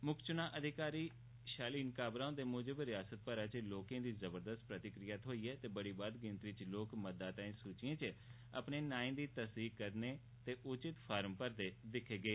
मुक्ख चुनांऽ अधिकारी शालीन काबरा हुंदे मुजब रिआसत भरै च लोकें दी जबरदस्त प्रतिक्रिया थ्होई ऐ ते बड़ी बद्ध गिनतरी च लोक मतदाता सूचिएं च अपने नाएं दी तसदीक करदे ते उचित फार्म भरदे दिक्खे गे